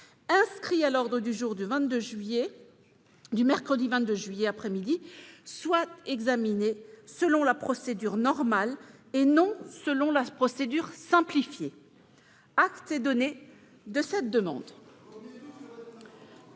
inscrit à l'ordre du jour du mercredi 22 juillet 2020 après-midi, soit examiné selon la procédure normale et non selon la procédure simplifiée. Acte est donné de cette demande.